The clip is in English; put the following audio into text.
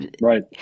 Right